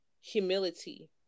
humility